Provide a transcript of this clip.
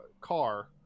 car